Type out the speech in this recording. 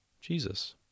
Jesus